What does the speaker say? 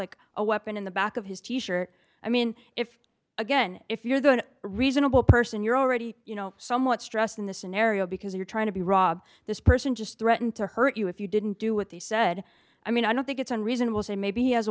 like a weapon in the back of his t shirt i mean if again if you're going to reasonable person you're already you know somewhat stressed in the scenario because you're trying to be rob this person just threatened to hurt you if you didn't do what they said i mean i don't think it's unreasonable say maybe he has a